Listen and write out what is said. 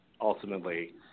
ultimately